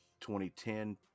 2010